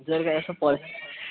जर काही असं